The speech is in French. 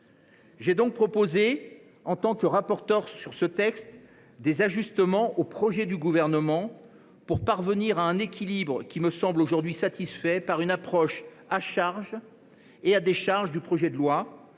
J’ai donc proposé, en tant que rapporteur de ce texte, des ajustements au projet du Gouvernement pour parvenir à un équilibre, qui me semble aujourd’hui satisfait, par une approche à charge et à décharge. Je nourris